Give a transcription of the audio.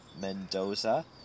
Mendoza